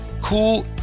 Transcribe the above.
cool